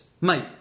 Mate